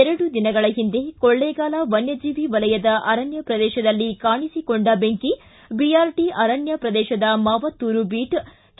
ಎರಡು ದಿನಗಳ ಹಿಂದೆ ಕೊಳ್ಳೇಗಾಲ ವನ್ಯಜೀವಿ ವಲಯದ ಅರಣ್ಯ ಪ್ರದೇಶದಲ್ಲಿ ಕಾಣಿಸಿಕೊಂಡ ಬೆಂಕಿ ಬಿಆರ್ಟಿ ಅರಣ್ಯ ಪ್ರದೇಶದ ಮಾವತ್ತೂರು ಬೀಟ್ ಕೆ